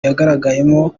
yagaragayemo